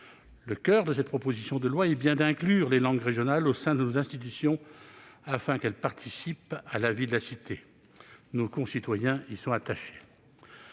Le coeur de cette proposition de loi est bien d'inclure les langues régionales au sein de nos institutions, afin qu'elles participent à la vie de la cité. Nos concitoyens y sont attachés.